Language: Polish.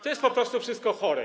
To jest po prostu wszystko chore.